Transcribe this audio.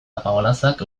apaolazak